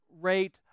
rate